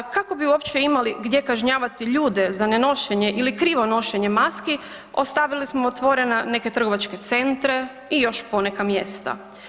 A kako bi uopće imali gdje kažnjavati ljude za nenošenje ili krivo nošenje maski ostavili smo otvorene neke trgovačke centre i još poneka mjesta.